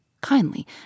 kindly